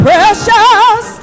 Precious